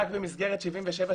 רק במסגרת 78-77,